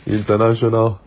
international